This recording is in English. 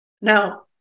Now